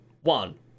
one